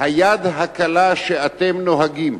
היד הקלה שאתם נוהגים